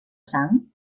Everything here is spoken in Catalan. sang